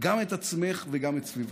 גם את עצמך וגם את סביבתך.